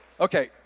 Okay